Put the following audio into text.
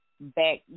back